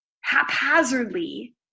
haphazardly